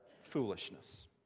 foolishness